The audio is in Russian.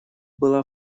была